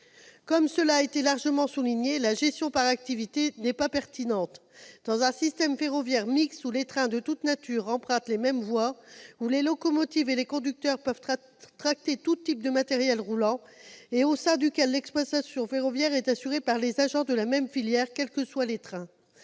Comme cela a été largement souligné, la gestion par activité n'est pas pertinente dans un système ferroviaire mixte, où les trains de toute nature empruntent les mêmes voies, où les locomotives et les conducteurs peuvent tracter tout type de matériel roulant et au sein duquel l'exploitation ferroviaire est assurée par les agents de la même filière, quels que soient les trains.